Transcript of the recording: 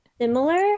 Similar